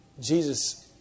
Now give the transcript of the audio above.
Jesus